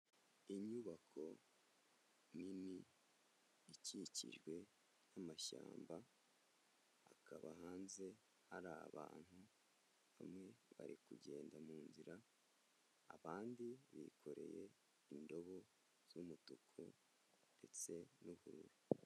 Inyubako nini ikikijwe n'amashyamba, akaba hanze hari abantu, bamwe bari kugenda mu nzira, abandi bikoreye indobo z'umutuku ndetse n'ubururu.